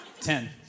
Ten